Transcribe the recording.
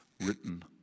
written